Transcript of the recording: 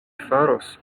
faros